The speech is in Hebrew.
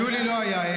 יולי לא היה?